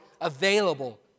available